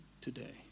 today